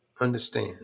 understand